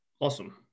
awesome